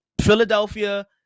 Philadelphia